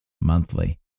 monthly